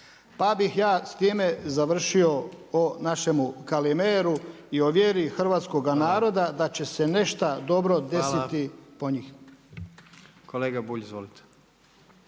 Pa bih ja s time završio o našemu Kalimeru i o vjeru hrvatskoga naroda da će se nešto dobro desiti po njih.